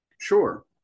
Sure